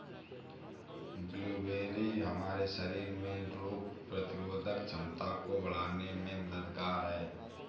blueberry हमारे शरीर में रोग प्रतिरोधक क्षमता को बढ़ाने में मददगार है